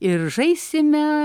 ir žaisime